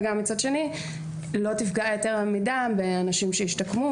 וגם מצד שני לא תפגע יתר על המידה באנשים שהשתקמו